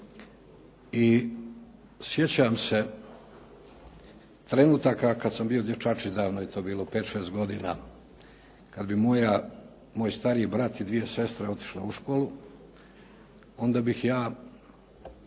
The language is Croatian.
i sjećam se trenutaka kada sam bio dječačić, davno je to bilo, 5, 6, godina, kada bi moja, moj stariji brat i dvije sestre otišle u školu, onda bih ja